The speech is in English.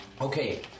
Okay